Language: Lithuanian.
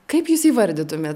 kaip jūs įvardytumėt